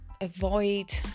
avoid